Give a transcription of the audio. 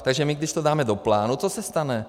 Takže když to dáme do plánu, co se stane?